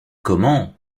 comment